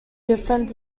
different